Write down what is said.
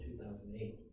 2008